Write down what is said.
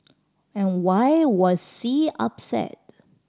and why was C upset